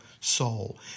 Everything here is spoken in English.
soul